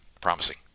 promising